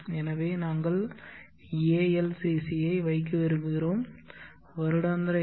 எனவே நாங்கள் ALCC ஐ வைக்க விரும்புகிறோம் வருடாந்திர எல்